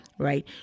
right